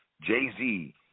Jay-Z